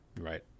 Right